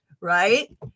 right